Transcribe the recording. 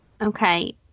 Okay